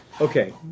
Okay